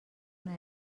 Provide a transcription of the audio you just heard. una